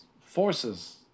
forces